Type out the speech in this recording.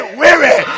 weary